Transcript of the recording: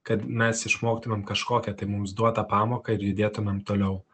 kad mes išmoktumėm kažkokią tai mums duotą pamoką ir judėtumėm toliau